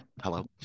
Hello